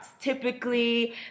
Typically